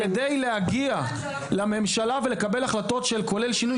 כדי להגיע לממשלה ולקבל החלטות כולל שינוי